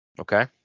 okay